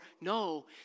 No